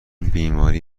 بیماری